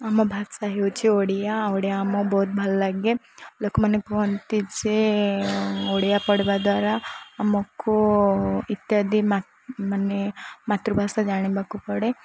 ଆମ ଭାଷା ହେଉଛି ଓଡ଼ିଆ ଓଡ଼ିଆ ଆମ ବହୁତ ଭଲ ଲାଗେ ଲୋକମାନେ କୁହନ୍ତି ଯେ ଓଡ଼ିଆ ପଢ଼ିବା ଦ୍ୱାରା ଆମକୁ ଇତ୍ୟାଦି ମା ମାନେ ମାତୃଭାଷା ଜାଣିବାକୁ ପଡ଼େ